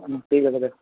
অঁ ঠিক আছে দে